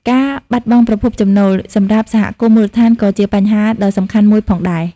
ការបាត់បង់ប្រភពចំណូល សម្រាប់សហគមន៍មូលដ្ឋានក៏ជាបញ្ហាដ៏សំខាន់មួយផងដែរ។